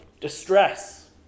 Distress